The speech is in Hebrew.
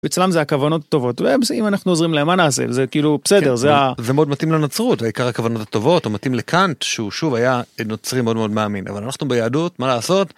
אצלם זה הכוונות הטובות ואם אנחנו עוזרים להם מה נעשה עם זה, כאילו בסדר. זה מאוד מתאים לנצרות העיקר הכוונות הטובות ומתאים לקאנט שהוא שוב היה נוצרי מאוד מאוד מאמין אבל אנחנו ביהדות מה לעשות.